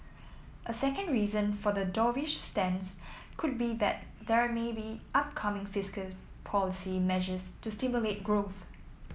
a second reason for the dovish stance could be that there may be upcoming fiscal policy measures to stimulate growth